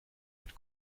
mit